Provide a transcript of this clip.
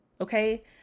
Okay